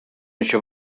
això